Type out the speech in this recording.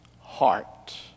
heart